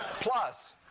Plus